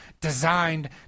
designed